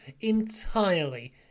entirely